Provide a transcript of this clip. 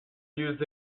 used